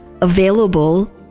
available